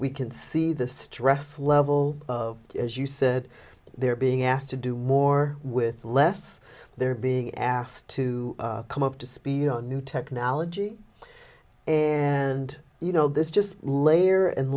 we can see the stress level of as you said they're being asked to do more with less they're being asked to come up to speed on new technology and you know there's just layer and